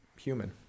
human